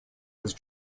was